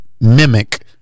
mimic